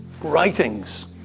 writings